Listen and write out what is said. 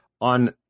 on